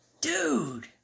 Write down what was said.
Dude